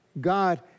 god